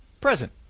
present